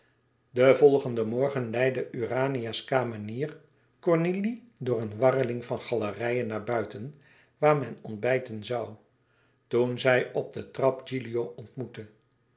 den volgenden morgen leidde urania's kamenier cornélie door een warreling van galerijen naar buiten waar men ontbijten zoû toen zij op de trap gilio ontmoette